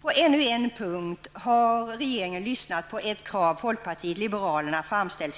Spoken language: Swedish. På ännu en punkt har regeringen lyssnat till ett krav folkpartiet liberalerna sedan länge framställt.